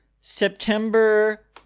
September